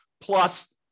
plus